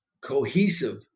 cohesive